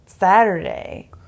Saturday